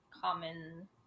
common